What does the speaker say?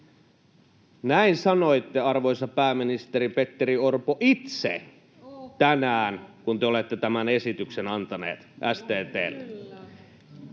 Näin sanoitte, arvoisa pääministeri Petteri Orpo, itse tänään STT:lle, kun te olette tämän esityksen antaneet.